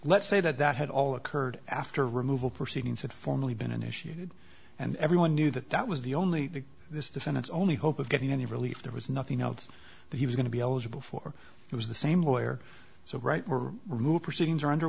let's say that that had all occurred after removal proceedings had formally been initiated and everyone knew that that was the only this defendant's only hope of getting any relief there was nothing else that he was going to be eligible for it was the same lawyer so right were removed proceedings are under